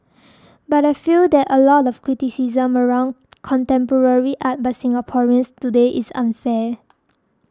but I feel that a lot of the criticism around contemporary art by Singaporeans today is unfair